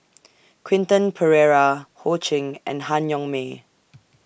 Quentin Pereira Ho Ching and Han Yong May